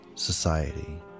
Society